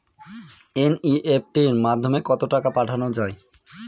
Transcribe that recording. NEFT মাধ্যমে কত টাকা পাঠানো যায়?